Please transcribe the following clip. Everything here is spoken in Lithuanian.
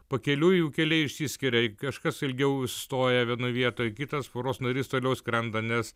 pakeliui jų keliai išsiskiria kažkas ilgiau stoja vienoj vietoj kitas poros narys toliau skrenda nes